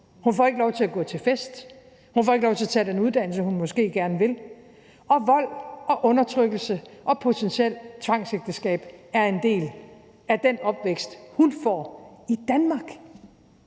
Hun får ikke lov til at gå til fest; hun får ikke lov til at tage den uddannelse, hun måske gerne vil; og vold, undertrykkelse og potentielt tvangsægteskab er en del af den opvækst, hun får i Danmark.